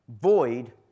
void